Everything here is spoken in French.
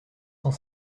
cent